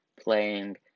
playing